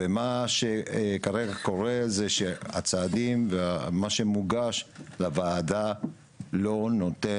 ומה שכרגע קורה זה שהצעדים ומה שמוגש לוועדה לא נותן